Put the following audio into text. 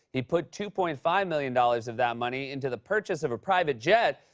he put two point five million dollars of that money into the purchase of a private jet.